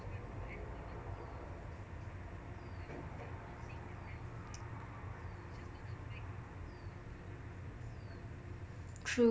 true